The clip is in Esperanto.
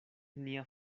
nenia